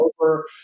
over